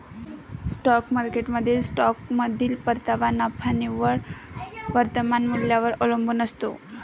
stock मार्केटमधील स्टॉकमधील परतावा नफा निव्वळ वर्तमान मूल्यावर अवलंबून असतो